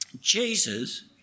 Jesus